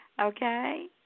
Okay